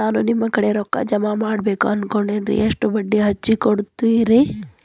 ನಾ ನಿಮ್ಮ ಕಡೆ ರೊಕ್ಕ ಜಮಾ ಮಾಡಬೇಕು ಅನ್ಕೊಂಡೆನ್ರಿ, ಎಷ್ಟು ಬಡ್ಡಿ ಹಚ್ಚಿಕೊಡುತ್ತೇರಿ?